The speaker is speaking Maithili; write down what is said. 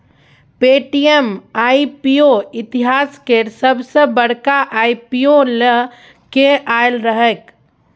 पे.टी.एम आई.पी.ओ इतिहास केर सबसॅ बड़का आई.पी.ओ लए केँ आएल रहैक